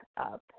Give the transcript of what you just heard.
up